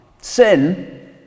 sin